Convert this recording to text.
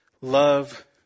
love